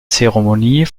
zeremonie